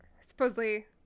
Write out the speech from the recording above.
supposedly